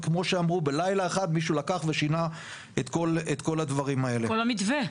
וכמו שאמרו בלילה אחד מישהו לקח ושינה את כל הדברים האלה.